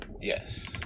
Yes